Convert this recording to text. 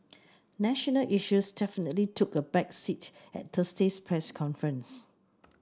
national issues definitely took a back seat at Thursday's press conference